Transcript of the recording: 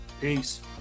Peace